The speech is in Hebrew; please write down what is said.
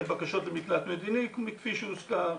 בקשות למקלט מדיני כפי שהוזכר,